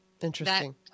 Interesting